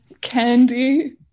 Candy